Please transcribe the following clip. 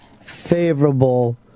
favorable